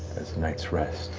as the night's rest,